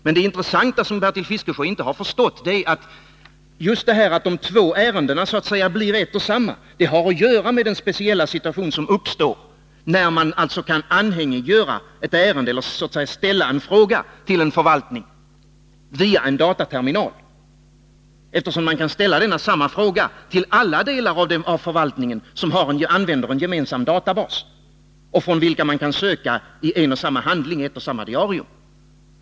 Men det intressanta, som Bertil Fiskesjö inte har förstått, är att just detta att de två ärendena blir ett och samma har att göra med den speciella situation som uppstår när man kan ställa en fråga till en förvaltning via en dataterminal, eftersom man kan ställa samma fråga till alla delar av förvaltningen som använder en gemensam databas, från vilken man kan söka en och samma handling efter samma diarium.